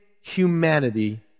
humanity